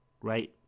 right